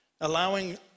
allowing